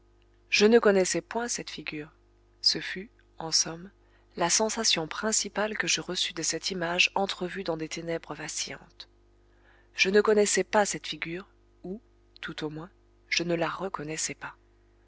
je ne connaissais point cette figure ce fut en somme la sensation principale que je reçus de cette image entrevue dans des ténèbres vacillantes je ne connaissais pas cette figure ou tout au moins je ne la reconnaissais pas